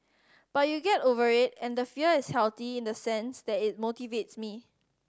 but you get over it and the fear is healthy in the sense that it motivates me